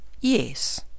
Yes